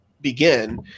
begin